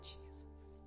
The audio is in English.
Jesus